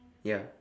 ya